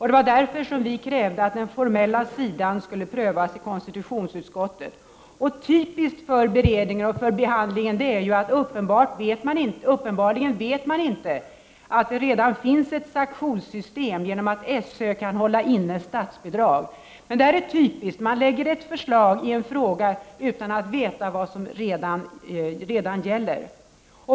Det var därför vi krävde att den formella aspekten av frågan skulle prövas i konstitutionsutskottet. Typiskt för behandlingen av frågan är att man uppenbarligen inte vet att det redan finns ett sanktionssystem i och med att SÖ kan innehålla statsbidrag. Men detta är som sagt typiskt; man lägger ett förslag i en fråga utan att veta vad som redan gäller.